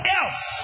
else